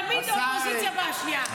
תמיד האופוזיציה בעשייה,